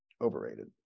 overrated